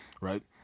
right